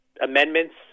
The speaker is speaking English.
amendments